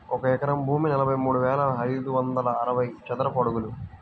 ఒక ఎకరం భూమి నలభై మూడు వేల ఐదు వందల అరవై చదరపు అడుగులు